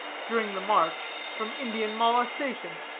during the march, from indian molestation.